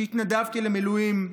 שהתנדבתי למילואים.